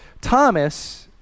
Thomas